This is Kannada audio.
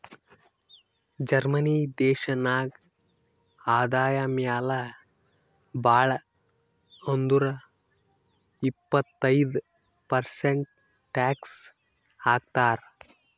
ಜರ್ಮನಿ ದೇಶನಾಗ್ ಆದಾಯ ಮ್ಯಾಲ ಭಾಳ್ ಅಂದುರ್ ಇಪ್ಪತ್ತೈದ್ ಪರ್ಸೆಂಟ್ ಟ್ಯಾಕ್ಸ್ ಹಾಕ್ತರ್